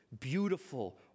beautiful